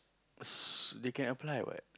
s~ they can apply what